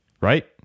Right